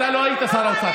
אתה לא היית שר האוצר.